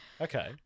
okay